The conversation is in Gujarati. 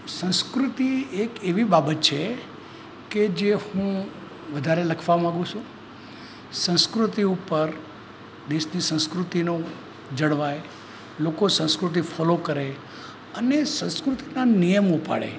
સંસ્કૃતિ એક એવી બાબત છે કે જે હું વધારે લખવા માગુ છું સંસ્કૃતિ ઉપર દેશની સંસ્કૃતિનો જળવાય લોકો સંસ્કૃતિ ફૉલો કરે અને સંસ્કૃતિના નિયમો પાળે